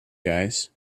guys